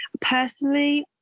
Personally